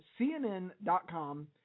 CNN.com